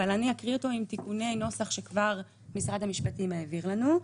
ואני אקריא אותו עם תיקוני נוסח שמשרד המשפטים כבר העביר לנו.